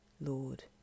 Lord